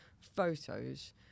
photos